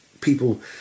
people